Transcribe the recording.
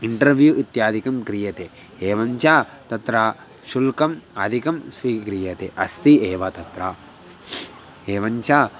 interview इत्यादिकं क्रियते एवं च तत्र शुल्कम् आदिकं स्वीक्रियते अस्ति एव तत्र एवं च